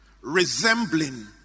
resembling